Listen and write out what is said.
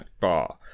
bar